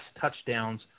touchdowns